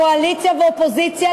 קואליציה ואופוזיציה,